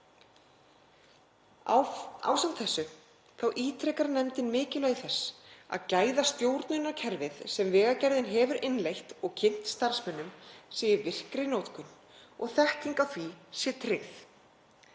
Ásamt þessu ítrekar nefndin mikilvægi þess að gæðastjórnunarkerfið, sem Vegagerðin hefur innleitt og kynnt starfsmönnum, sé í virkri notkun og þekking á því sé tryggð.